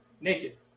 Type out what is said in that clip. Naked